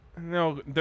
No